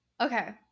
Okay